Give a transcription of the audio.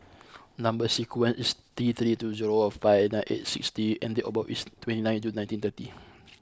number sequence is T three two zero five nine eight six T and date of birth is twenty ninth June nineteen thirty